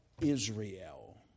Israel